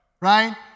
right